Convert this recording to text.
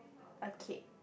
okay